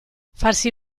farsi